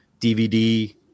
DVD